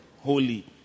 holy